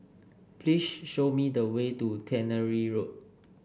show me the way to Tannery Road